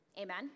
amen